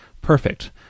perfect